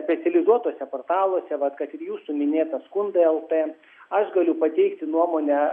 specializuotuose portaluose vat kad ir jūsų minėtą skundai lt aš galiu pateikti nuomonę